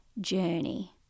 journey